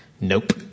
Nope